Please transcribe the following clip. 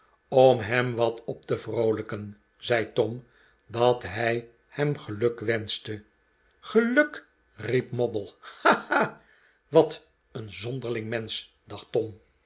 om hem wat op te vroolijken zei tom dat hij hem gelukwenschte qeluk riep moddle ha ha wat een zonderling mensch dacht tom